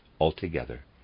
altogether